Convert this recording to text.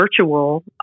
virtual